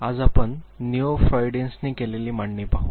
आज आपण निओ फ्रॉइडियन्सनी केलेली मांडणी पाहू